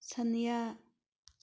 ꯁꯟꯅ꯭ꯌꯥ